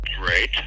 Great